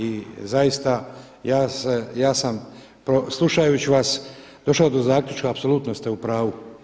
I zaista ja sam slušajući vas došao do zaključka apsolutno ste u pravu.